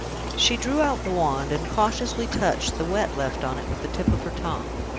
she drew out the wand, and cautiously touched the wet left on it with the tip of her tongue.